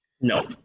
No